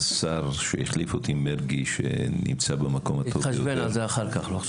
והשר שהחליף אותי מרגי --- נתחשבן על זה אחר כך.